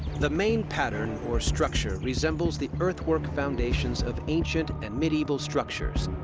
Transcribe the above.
the main pattern, or structure, resembles the earthwork foundations of ancient and medieval structures,